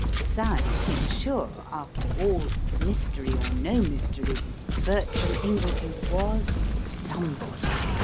besides, he was sure, after all mystery or no mystery bertram ingledew was somebody.